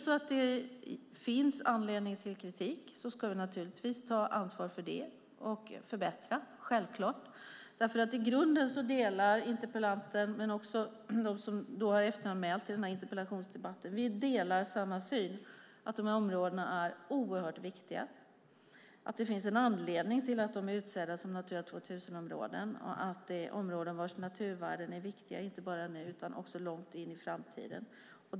Finns det anledning till kritik ska vi självklart ta ansvar för det och förbättra. I grunden delar jag, interpellanten och övriga debattörer samma syn, nämligen att dessa områden är oerhört viktiga, att det finns en anledning till att de är utsedda till Natura 2000-områden och att det är områden vars naturvärden är viktiga, inte bara nu utan också långt in i framtiden.